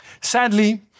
Sadly